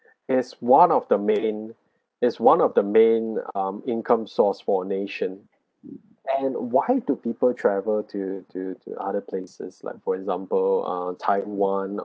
is one of the main is one of the main um income source for a nation and why do people travel to to to other places like for example uh taiwan